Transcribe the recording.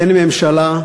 אין ממשלה,